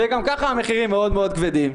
וגם ככה המחירים מאוד מאוד כבדים.